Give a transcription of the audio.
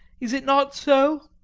is it not so?